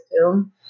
film